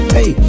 Hey